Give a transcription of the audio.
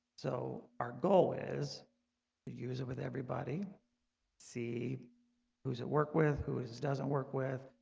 so our goal is use it with everybody see who's at work with who is is doesn't work with?